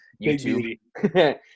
YouTube